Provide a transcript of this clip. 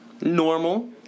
normal